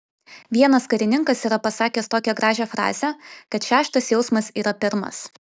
vienas karininkas yra pasakęs tokią gražią frazę kad šeštas jausmas yra pirmas